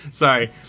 Sorry